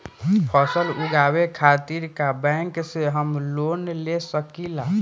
फसल उगावे खतिर का बैंक से हम लोन ले सकीला?